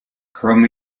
krom